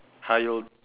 how you'll